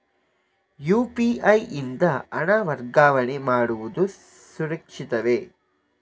UPI ಯಿಂದ ಹಣ ವರ್ಗಾವಣೆ ಮಾಡುವುದು ಸುರಕ್ಷಿತವೇ?